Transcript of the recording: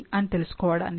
అని తెలుసుకోవడానికి